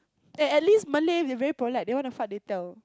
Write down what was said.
eh at least Malay they very polite they want to fart they tell